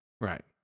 Right